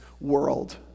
world